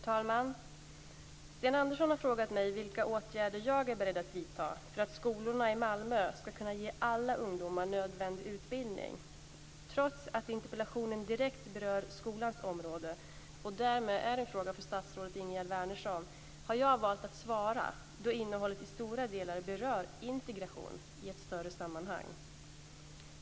Fru talman! Sten Andersson har frågat mig vilka åtgärder jag är beredd att vidta för att skolorna i Malmö ska kunna ge alla ungdomar nödvändig utbildning. Trots att interpellationen direkt berör skolans område och därmed är en fråga för statsrådet Ingegerd Wärnersson, har jag valt att svara då innehållet i stora delar berör integration i ett större sammanhang.